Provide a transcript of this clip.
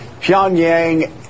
Pyongyang